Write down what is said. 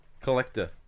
collector